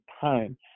time